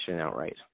outright